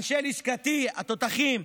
אנשי לשכתי התותחים,